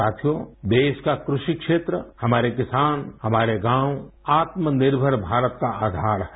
साथियो देश का कृषि क्षेत्र हमारे किसान हमारे गाँव आत्मनिर्मर भारत का आधार है